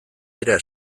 dira